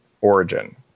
origin